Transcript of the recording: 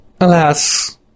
Alas